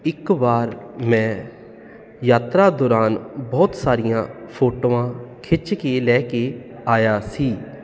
ਇੱਕ ਵਾਰ ਮੈਂ ਯਾਤਰਾ ਦੌਰਾਨ ਬਹੁਤ ਸਾਰੀਆਂ ਫੋਟੋਆਂ ਖਿੱਚ ਕੇ ਲੈ ਕੇ ਆਇਆ ਸੀ